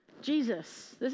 Jesus